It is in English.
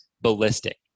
ballistic